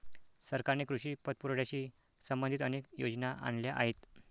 सरकारने कृषी पतपुरवठ्याशी संबंधित अनेक योजना आणल्या आहेत